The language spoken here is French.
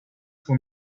qu’on